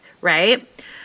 right